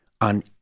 on